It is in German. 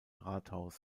rathaus